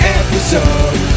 episode